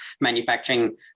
manufacturing